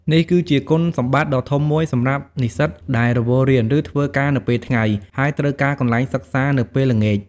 នេះគឺជាគុណសម្បត្តិដ៏ធំមួយសម្រាប់និស្សិតដែលរវល់រៀន ឬធ្វើការនៅពេលថ្ងៃ ហើយត្រូវការកន្លែងសិក្សានៅពេលល្ងាច។